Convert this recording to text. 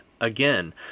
again